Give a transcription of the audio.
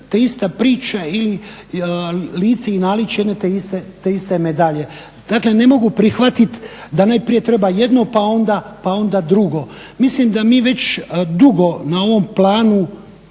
te ista priča ili lice i naličje jedne te iste medalje. Dakle ne mogu prihvatiti da najprije treba jedno pa onda drugo. Mislim da mi već dugo na ovom planu